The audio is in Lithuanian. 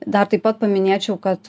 dar taip pat paminėčiau kad